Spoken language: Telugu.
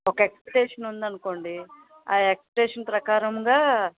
ఒక ఎక్సపెక్టేషన్ ఉంది అనుకోండి ఆ ఎక్సపెక్టేషన్ ప్రకారంగా